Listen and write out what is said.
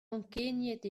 ankeniet